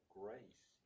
grace